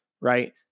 right